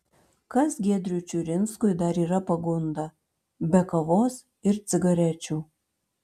kas giedriui čiurinskui dar yra pagunda be kavos ir cigarečių